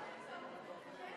לא שאין צורך בבירור.